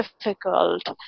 difficult